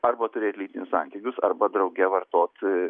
arba turėti lytinius santykius arba drauge vartoti